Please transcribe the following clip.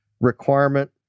requirement